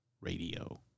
radio